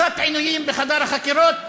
קצת עינויים בחדר החקירות,